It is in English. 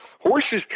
Horses